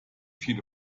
viele